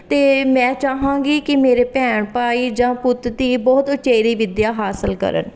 ਅਤੇ ਮੈਂ ਚਾਹਾਂਗੀ ਕਿ ਮੇਰੇ ਭੈਣ ਭਾਈ ਜਾਂ ਪੁੱਤ ਧੀ ਬਹੁਤ ਉਚੇਰੀ ਵਿੱਦਿਆ ਹਾਸਲ ਕਰਨ